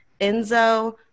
Enzo